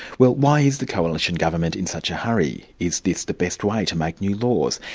well why is the coalition government in such a hurry? is this the best way to make new laws?